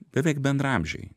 beveik bendraamžiai